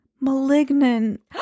Malignant